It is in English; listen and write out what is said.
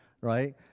right